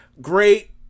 great